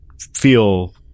feel